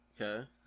Okay